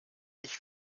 ich